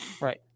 right